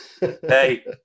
Hey